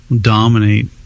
dominate